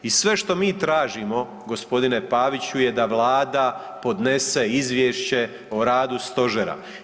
I sve što mi tražimo gospodine Paviću je da Vlada podnese Izvješće o radu Stožera.